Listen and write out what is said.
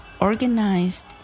organized